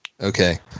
Okay